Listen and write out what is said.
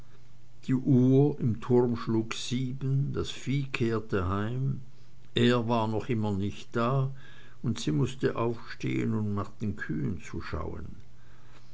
die uhr im turm schlug sieben das vieh kehrte heim er war noch immer nicht da und sie mußte aufstehen um nach den kühen zu schauen